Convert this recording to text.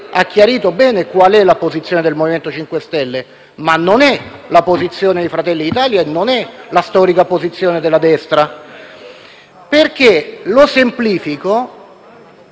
ha chiarito bene qual è la posizione del MoVimento 5 Stelle, che non è, però, la posizione di Fratelli d'Italia e non è la storica posizione della destra. Infatti, semplificando,